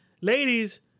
Ladies